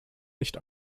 nicht